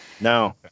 no